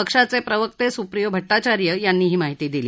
पक्षाचे प्रवक्ते सुप्रियो भट्टाचार्य यांनी ही माहिती दिली